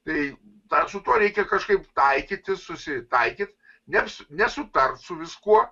tai tą su tuo reikia kažkaip taikytis susitaikyt nes nesutart su viskuo